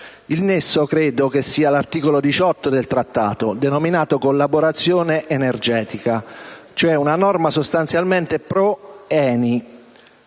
il nesso sia l'articolo 18 del Trattato, denominato «Collaborazione energetica», cioè una norma sostanzialmente pro ENI,